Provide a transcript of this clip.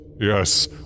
Yes